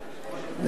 אני מבקש באמת,